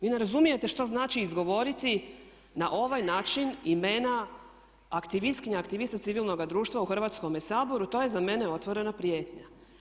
Vi ne razumijete što znači izgovoriti na ovaj način imena aktiviskinja i aktivista civilnoga društva u Hrvatskome saboru, to je za mene otvorena prijetnja.